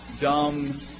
dumb